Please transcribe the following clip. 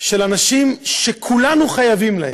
של אנשים שכולנו חייבים להם,